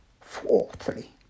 Fourthly